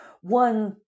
one